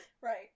Right